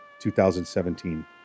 2017